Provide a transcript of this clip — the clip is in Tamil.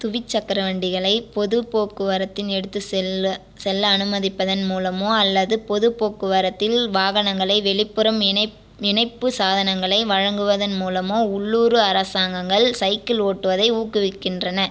துவிச்சக்கரவண்டிகளை பொது போக்குவரத்தில் எடுத்து செல்ல செல்ல அனுமதிப்பதன் மூலமோ அல்லது பொது போக்குவரத்தில் வாகனங்களை வெளிப்புறம் இணைப்பு சாதனங்களை வழங்குவதன் மூலமோ உள்ளூர் அரசாங்கங்கள் சைக்கிள் ஓட்டுவதை ஊக்குவிக்கின்றன